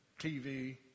TV